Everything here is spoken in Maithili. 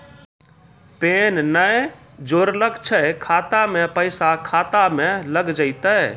पैन ने जोड़लऽ छै खाता मे पैसा खाता मे लग जयतै?